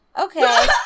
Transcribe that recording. Okay